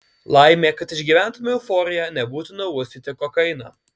laimė kad išgyventumei euforiją nebūtina uostyti kokainą